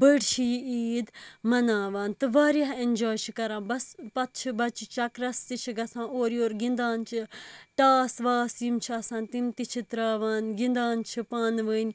بٔڑۍ چھِ یہِ عیٖد مناوان تہٕ واریاہ ایٚنجاے چھِ کران تہٕ بَس پَتہٕ چھِ بَچہِ چَکرَس تہِ چھِ گژھان اُورٕ یُور گِنٛدان چھِ ٹاس واس یِم چھِ آسان تِم تہِ چِھ تراوان گِنٛدان چھِ پانہٕ ؤنۍ